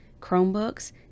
Chromebooks